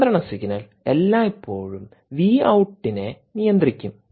നിയന്ത്രണ സിഗ്നൽഎല്ലായ്പ്പോഴും വി ഔട്ടിനെ നിയന്ത്രിക്കും